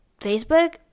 facebook